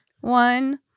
One